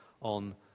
on